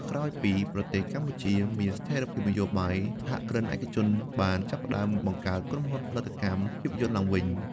ក្រោយពីប្រទេសកម្ពុជាមានស្ថិរភាពនយោបាយ សហគ្រិនឯកជនបានចាប់ផ្តើមបង្កើត ក្រុមហ៊ុនផលិតកម្មភាពយន្ត ឡើងវិញ។